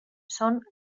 són